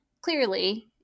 clearly